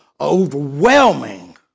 overwhelming